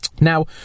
Now